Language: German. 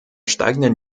steigenden